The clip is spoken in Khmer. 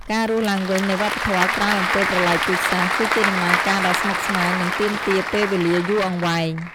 ការរស់ឡើងវិញនៃវប្បធម៌ក្រោយអំពើប្រល័យពូជសាសន៍ គឺជាដំណើរការដ៏ស្មុគស្មាញ និងទាមទារពេលវេលាយូរអង្វែង។